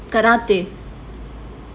karate